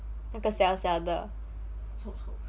那个小小的